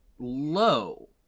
low